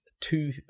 two